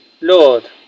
Lord